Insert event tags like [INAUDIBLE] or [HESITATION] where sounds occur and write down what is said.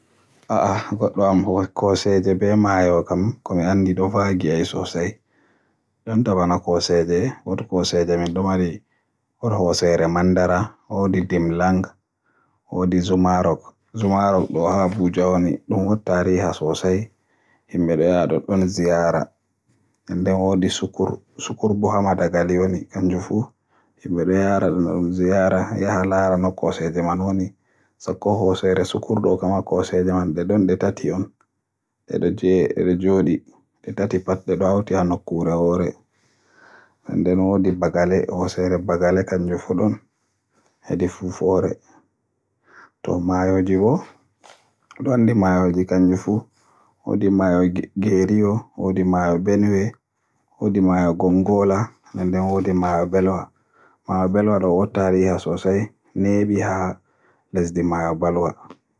Nder taƴre Afirika woodi kaaƴe, kooseeje, [HESITATION] maaje e ko nanndi non. [HESITATION] e nder taƴre Afirika nden keɓeten Haƴre Kilimannjaaro, [HESITATION] Jebel Toubkal ndenɗaa'e nde [HESITATION] leydi Marooko. Nden en ngoodi bana kooseeje Aadamaawa, bana kooseeje Shere ɗaa'e to diiwal Pulaato, [HESITATION] nden bana Kufena kannjum nder diiwal Kaduuna [HESITATION] woodi bana Zuma Rock kayre kadi ko hayre mawnde nder to [HESITATION] Abuuja. Nden woodi bana [HESITATION] Zuma- beeli mawɗi walla mi wi'a weendu to wo'oyru non en ngoodi bana Weendu Caad, bana Weendu Kivu, bana Weendu Victoria to leydi Tanzaaniya wonɗon hakkunde leydi Tanzaaniya, Kennya e kadi Yugannda to ɓe mbii kayru ɓuri yaajuki to taƴre Afirika. [HESITATION] Nden no woodi bana nduu ndu Caad, ndu Kaayinnji, ndu Jabi. Nden woodi - en ngoodi caanɗi ɗuuɗɗi bana Caangol Niil, Caangol Konngo, Caangol Nayja, ngol Zammbeezi e ko nanndi non.